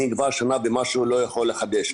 אני כבר שנה ומשהו לא יכול לחדש,